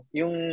yung